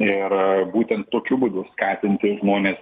ir būtent tokiu būdu skatinti žmones